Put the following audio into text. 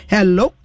Hello